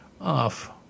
off